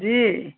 जी